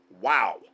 wow